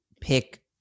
pick